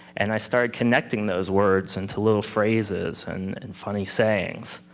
and i start connecting those words into little phrases and and funny sayings.